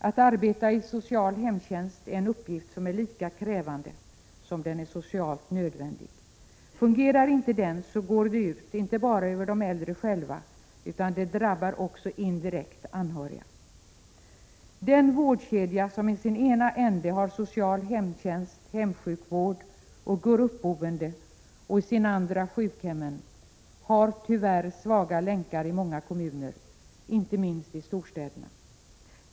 Att arbeta i social hemtjänst är en uppgift som är lika krävande som den är socialt nödvändig. Fungerar inte den, går det ut inte bara över de äldre själva, utan det drabbar också indirekt anhöriga. Den vårdkedja som i sin ena ände har social hemtjänst, hemsjukvård och gruppboende och i sin andra ände sjukhemmen har tyvärr svaga länkar i många kommuner, inte minst i storstäderna.